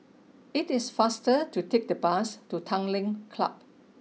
it is faster to take the bus to Tanglin Club